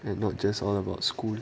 and not just all about school